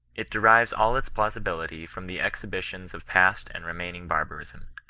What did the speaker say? it derives all its plausibility from the exhibitions of past and remaining barbarism.